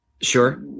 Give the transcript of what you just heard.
Sure